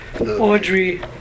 Audrey